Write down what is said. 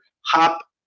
hop